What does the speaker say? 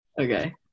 Okay